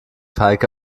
heike